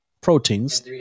Proteins